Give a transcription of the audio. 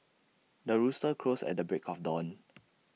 the rooster crows at the break of dawn